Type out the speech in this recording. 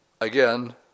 again